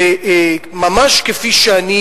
וממש כפי שאני